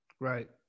Right